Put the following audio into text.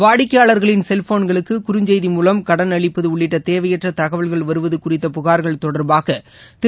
வாடிக்கையாளர்களின் செல்ஃபோன்களுக்கு குறுஞ்செய்தி மூலம் கடன் அளிப்பது உள்ளிட்ட தேவையற்ற தகவல்கள் வருவது குறித்த புகார்கள் தொடர்பாக திரு